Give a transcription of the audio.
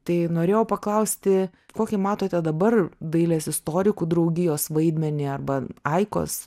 tai norėjau paklausti kokį matote dabar dailės istorikų draugijos vaidmenį arba aikos